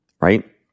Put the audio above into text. right